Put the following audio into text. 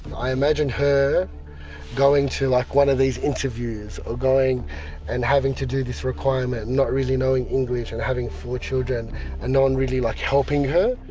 i imagine her going to like one of these interviews or going and having to do this requirement, not really knowing english, and having four children and no one really like helping her.